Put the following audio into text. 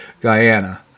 Guyana